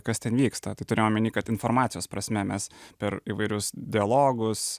kas ten vyksta tai turiu omeny kad informacijos prasme mes per įvairius dialogus